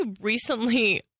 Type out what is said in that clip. recently